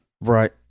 right